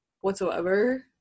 whatsoever